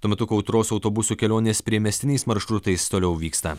tuo metu kautros autobusų kelionės priemiestiniais maršrutais toliau vyksta